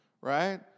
right